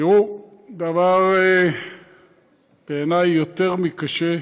תראו, הדבר בעיני יותר מקשה,